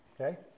Okay